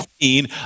queen